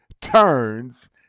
turns